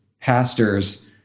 pastors